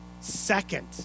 second